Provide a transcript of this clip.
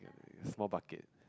small bucket